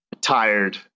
tired